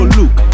look